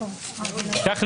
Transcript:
כך,